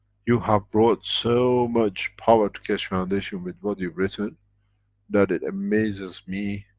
you have brought so much power to keshe foundation with what you've written that it amazes me,